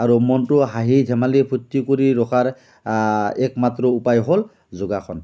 আৰু মনটো হাঁহি ধেমালি ফূৰ্ত্তি কৰি ৰখাৰ একমাত্ৰ উপায় হ'ল যোগাসন